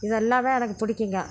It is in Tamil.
இது எல்லாம் எனக்கு பிடிக்கும்ங்கோ